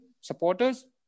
supporters